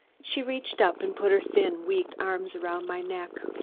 she reached up and put her thin weak arms around my neck.